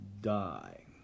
die